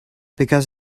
because